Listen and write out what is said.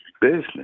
business